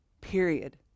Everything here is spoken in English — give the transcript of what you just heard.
Period